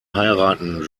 heiraten